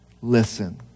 listen